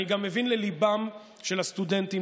אני גם מבין לליבם של הסטודנטים,